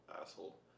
asshole